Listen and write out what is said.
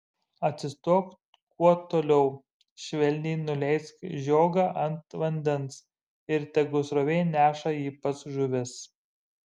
atsistok kuo toliau švelniai nuleisk žiogą ant vandens ir tegu srovė neša jį pas žuvis